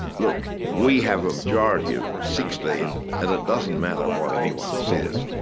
look, we have a majority of sixteen and it doesn't matter what anyone says,